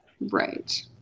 Right